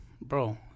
Bro